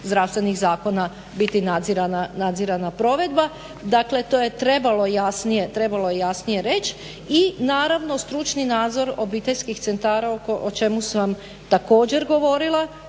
zdravstvenih zakona biti nadzirana provedba. Dakle, to je trebalo jasnije reći. I naravno stručni nadzor obiteljskih centara, o čemu sam također govorila